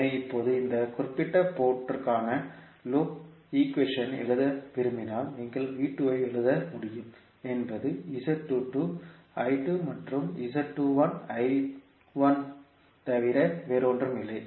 எனவே இப்போது இந்த குறிப்பிட்ட போர்ட் ற்கான லூப் ஈக்வேஷன் எழுத விரும்பினால் நீங்கள் V2 ஐ எழுத முடியும் என்பது Z22 I2 மற்றும் Z21 I1 ஐத் தவிர வேறில்லை